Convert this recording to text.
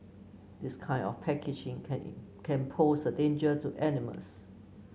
this kind of packaging can can pose a danger to animals